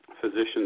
physicians